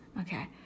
Okay